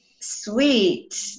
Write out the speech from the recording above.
sweet